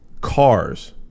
Cars